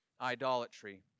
idolatry